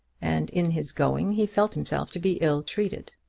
and in his going he felt himself to be ill-treated.